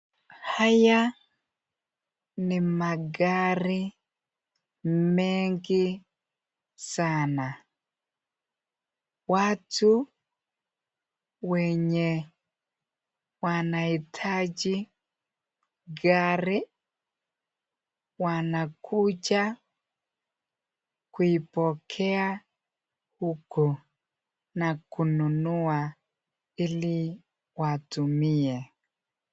Haya ni magari mengi sana. Watu wenye wanahitaji gari wanakuja kuipokea huko na kununua ili watumie.